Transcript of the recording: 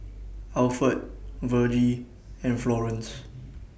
Alford Vergie and Florence